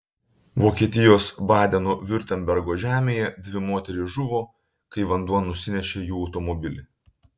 vokietijos badeno viurtembergo žemėje dvi moterys žuvo kai vanduo nusinešė jų automobilį